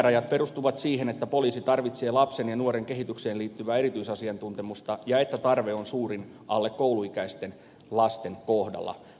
ikärajat perustuvat siihen että poliisi tarvitsee lapsen ja nuoren kehitykseen liittyvää erityisasiantuntemusta ja että tarve on suurin alle kouluikäisten lasten kohdalla